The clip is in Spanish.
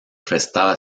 prestaba